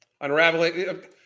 Unraveling